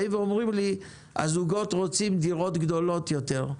באים ואומרים לי הזוגות רוצים דירות גדולות יותר.